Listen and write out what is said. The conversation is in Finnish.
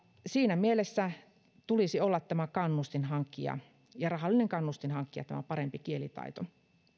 siinä mielessä tulisi olla tämä kannustin rahallinen kannustin hankkia parempi kielitaito